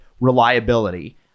reliability